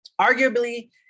arguably